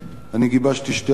אני גיבשתי שתי הצעות חוק,